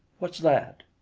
what's that?